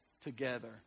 together